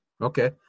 Okay